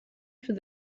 für